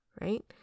right